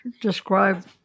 describe